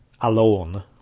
alone